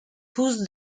pousse